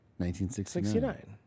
1969